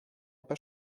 n’est